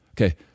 Okay